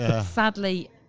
Sadly